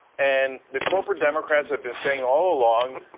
and the corporate democrats have been saying all along